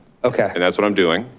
okay. and that's what i'm doing,